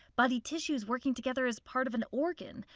body tissues working together as part of an organ.